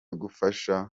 gufasha